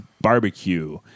barbecue